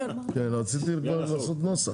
רציתי כבר לעשות נוסח.